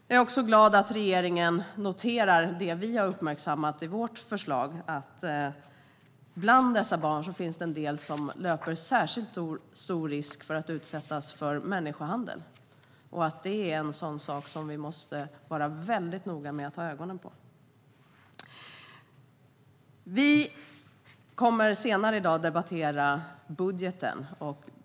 Jag är också glad att regeringen noterar det vi har uppmärksammat i vårt förslag: att det bland dessa barn finns en del som löper särskilt stor risk att utsättas för människohandel och att det är en sak vi måste vara väldigt noga med att ha ögonen på. Vi kommer senare i dag att debattera budgeten.